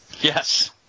Yes